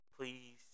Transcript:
Please